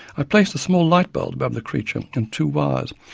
i placed a small light bulb um the creature, and two wires,